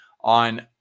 on